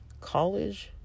college